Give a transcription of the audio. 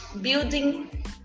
building